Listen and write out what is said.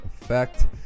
Effect